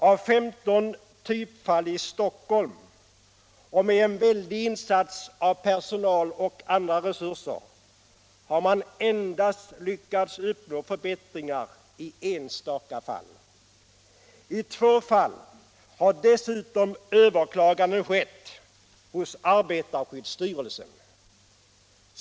Av 15 typfall i Stockholm — och med en väldig insats av personal och andra resurser — har man endast lyckats uppnå förbättringar i enstaka fall. I två fall har dessutom överklaganden skett hos arbetarskyddsstyrelsen.